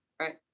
Right